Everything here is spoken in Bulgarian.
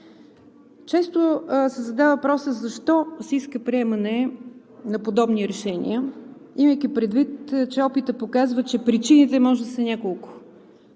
Често се задава въпросът: защо се иска приемане на подобни решения, имайки предвид, опитът показва, че причините може да са няколко?